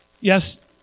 yes